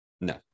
No